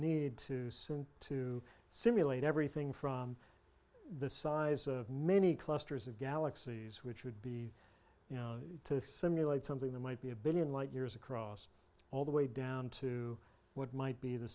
need to send to simulate everything from the size of many clusters of galaxies which would be to simulate something that might be a billion light years across all the way down to what might be the